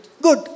good